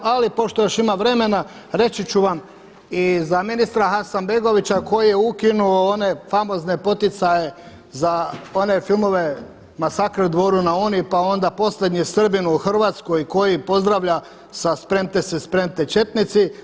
Ali pošto još ima vremena reći ću vam i za ministra Hasanbegovića koji je ukinuo one famozne poticaje za one filmove „Masakr u Dvoru na Uni“, pa onda „Posljednji Srbin u Hrvatskoj“ koji pozdravlja sa „spremte se, spremte četnici“